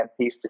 peace